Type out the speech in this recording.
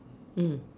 mm